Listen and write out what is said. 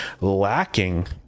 lacking